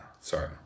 Sorry